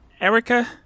Erica